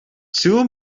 two